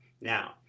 Now